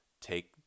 take